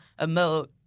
emote